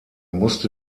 musste